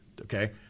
Okay